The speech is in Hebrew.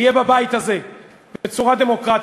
יהיה בבית הזה בצורה דמוקרטית.